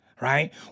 Right